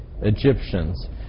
Egyptians